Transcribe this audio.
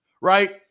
right